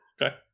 Okay